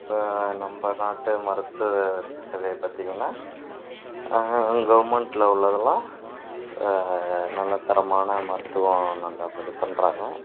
இப்போ நம்ம நாட்டு மருத்துவ சேவையை பார்த்தீங்கன்னா கவுர்மெண்ட்டில் உள்ளதெல்லாம் நல்ல தரமான மருத்துவம் நன்றாக இது பண்ணுறாங்க